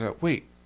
wait